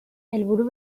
helburu